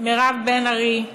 מירב בן ארי,